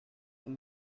than